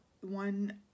one